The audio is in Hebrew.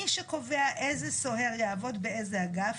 מי שקובע איזה סוהר לעבוד באיזה אגף